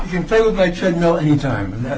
you can play with my treadmill anytime and that's